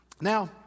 Now